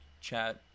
chat